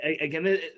Again